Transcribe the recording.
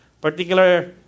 particular